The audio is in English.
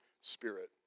Spirit